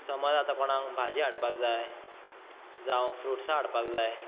समज आता कोणाक भाजी हाडपाक जाय जावं फ्रुटसां हाडपाक जाय